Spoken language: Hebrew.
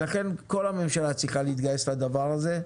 לכן, כל הממשלה צריכה להתגייס לדבר הזה.